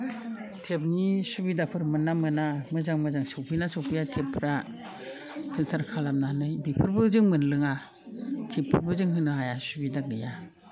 टेपनि सुबिदाफोर मोनना मोना मोजां मोजां सफैना सफैया टेपफ्रा फिल्टार खालामनानै बेफोरबो जों मोनलोङा टेपफोरबो जों होनो हाया सुबिदा गैया